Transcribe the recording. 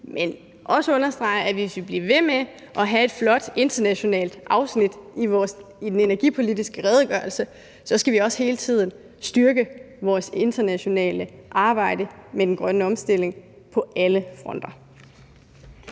vil også understrege, at hvis vi skal blive ved med at have et flot internationalt afsnit i den energipolitiske redegørelse, så skal vi også hele tiden styrke vores internationale arbejde med den grønne omstilling på alle fronter.